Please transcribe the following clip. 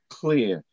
clear